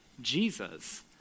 Jesus